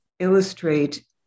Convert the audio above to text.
illustrate